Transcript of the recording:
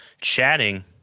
chatting